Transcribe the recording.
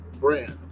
brand